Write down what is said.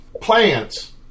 Plants